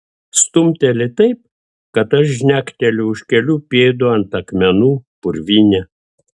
stumteli taip kad aš žnekteliu už kelių pėdų ant akmenų purvyne